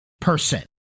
person